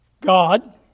God